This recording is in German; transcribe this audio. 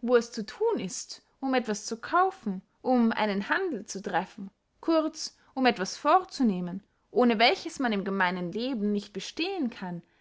wo es zu thun ist um etwas zu kaufen um einen handel zu treffen kurz um etwas vorzunehmen ohne welches man im gemeinen leben nicht bestehen kann